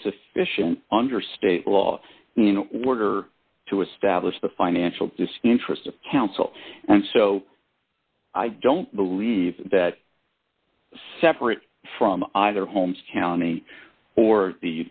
sufficient under state law in order to establish the financial disk interest of counsel and so i don't believe that separate from either holmes county or the